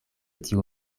tiu